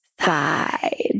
side